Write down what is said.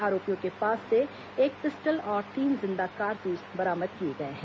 आरोपियों के पास से एक पिस्टल और तीन जिंदा कारतूस बरामद किए गए हैं